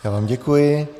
Já vám děkuji.